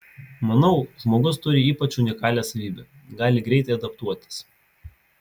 manau žmogus turi ypač unikalią savybę gali greitai adaptuotis